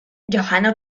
johano